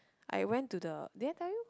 I went to the did I tell you